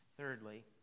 Thirdly